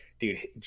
Dude